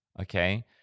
okay